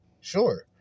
Sure